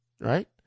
right